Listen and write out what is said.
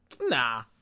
Nah